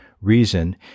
reason—